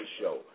show